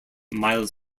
miles